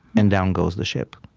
and down goes the ship